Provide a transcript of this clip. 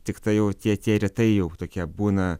tiktai jau tie tie rytai jau tokie būna